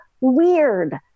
weird